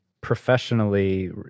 professionally